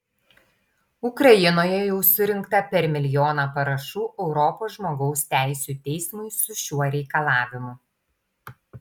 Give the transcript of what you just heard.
ukrainoje jau surinkta per milijoną parašų europos žmogaus teisių teismui su šiuo reikalavimu